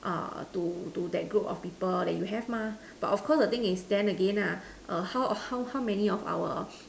err to to that group of people that you have mah but of course the thing is then again lah err how how how many of our